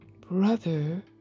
Brother